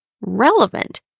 relevant